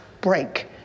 break